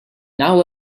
now